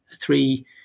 three